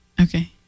Okay